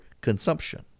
consumption